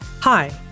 Hi